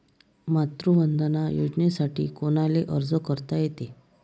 मातृवंदना योजनेसाठी कोनाले अर्ज करता येते?